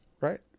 right